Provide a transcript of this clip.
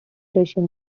russian